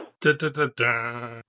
Da-da-da-da